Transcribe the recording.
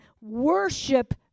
worship